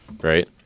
right